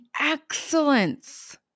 excellence